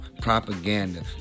propaganda